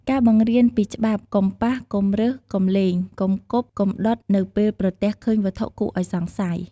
ការបង្រៀនពីច្បាប់ កុំប៉ះ កុំរើស កុំលេង កុំគប់ កុំដុត នៅពេលប្រទះឃើញវត្ថុគួរឱ្យសង្ស័យ។